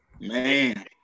Man